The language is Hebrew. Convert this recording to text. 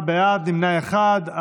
עשרה בעד, נמנע אחד.